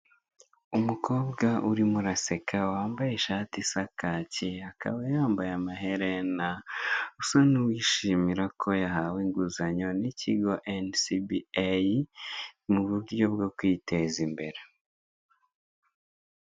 Umukobwa urimo araseka wambaye ishati isa kacye, akaba yambaye amaherena, usa n'uwishimira ko yahawe inguzanyo n'ikigo NCBA, mu buryo bwo kwiteza imbere.